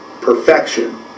perfection